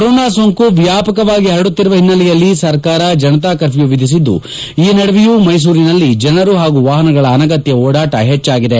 corona ಸೋಂಕು ವ್ಯಾಪಕವಾಗಿ ಹರಡುತ್ತಿರುವ ಹಿನ್ನೆಲೆಯಲ್ಲಿ ಸರ್ಕಾರ ಜನತಾ ಕರ್ಕ್ಯೊ ವಿಧಿಸಿದ್ದು ಈ ನಡುವೆಯೂ ಮೈಸೂರಿನಲ್ಲಿ ಜನರು ಹಾಗೂ ವಾಹನಗಳ ಅನಗತ್ಯ ಓಡಾಟ ಹೆಚ್ಚಾಗಿದೆ